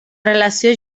relació